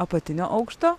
apatinio aukšto